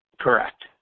Correct